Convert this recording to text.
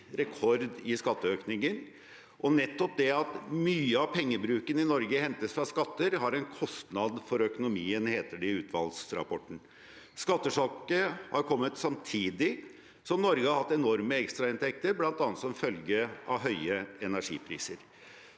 rekord i skatteøkninger. Nettopp det at mye av pengebruken i Norge hentes fra skatter, har en kostnad for økonomien, heter det i utvalgsrapporten. Skattesjokket har kommet samtidig som Norge har hatt enorme ekstrainntekter, bl.a. som følge av høye energipriser.